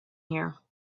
here